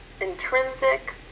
intrinsic